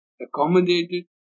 accommodated